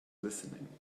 listening